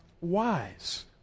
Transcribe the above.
wise